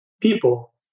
people